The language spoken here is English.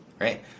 right